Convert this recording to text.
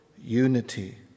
unity